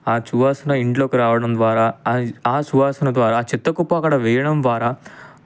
ఆ సువాసన ఇంట్లోకి రావడం ద్వారా ఆ సువాసన ద్వారా చెత్తకుప్ప అక్కడ వేయడం ద్వారా